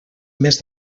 més